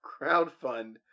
crowdfund